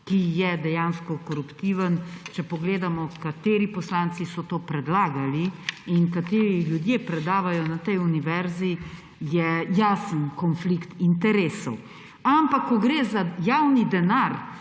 ker je dejansko koruptiven. Če pogledamo, kateri poslanci so to predlagali in kateri ljudje predavajo na tej univerzi, je jasen konflikt interesov. Ampak ko gre za javni denar,